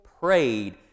prayed